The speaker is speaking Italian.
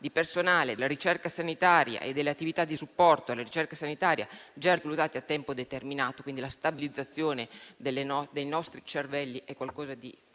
di personale della ricerca sanitaria e delle attività di supporto alla ricerca sanitaria, già reclutati a tempo determinato (è la stabilizzazione dei nostri cervelli, che è